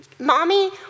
Mommy